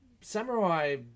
samurai